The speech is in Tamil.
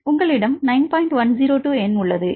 102 எண் உள்ளது